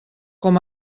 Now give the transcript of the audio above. com